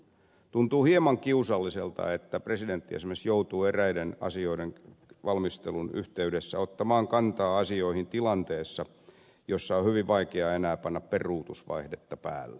tuntuu hieman kiusalliselta että presidentti esimerkiksi joutuu eräiden asioiden valmistelun yhteydessä ottamaan kantaa asioihin tilanteessa jossa on hyvin vaikea enää panna peruutusvaihdetta päälle